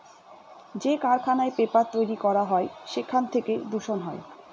যে কারখানায় পেপার তৈরী করা হয় সেখান থেকে দূষণ হয়